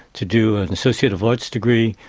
to do an associate of arts degree,